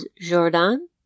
Jordan